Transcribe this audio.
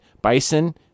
Bison